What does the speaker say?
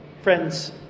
Friends